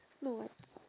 no what